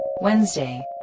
Wednesday